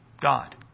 God